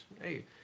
hey